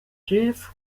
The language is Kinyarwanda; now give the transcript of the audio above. jeff